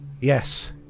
Yes